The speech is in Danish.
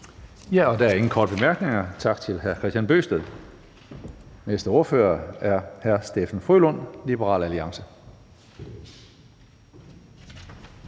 Hønge): Der er ingen korte bemærkninger. Tak til hr. Kristian Bøgsted. Den næste ordfører er hr. Steffen W. Frølund, Liberal Alliance.